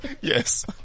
Yes